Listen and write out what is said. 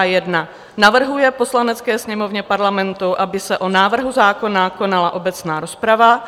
I. navrhuje Poslanecké sněmovně Parlamentu, aby se o návrhu zákona konala obecná rozprava;